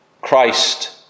Christ